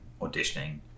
auditioning